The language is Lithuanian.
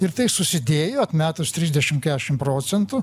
ir tai susidėjo atmetus trisdešim keturiasdešim procentų